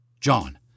John